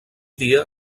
dia